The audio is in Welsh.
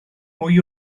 mwy